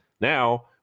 Now